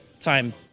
time